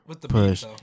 push